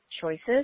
choices